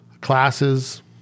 classes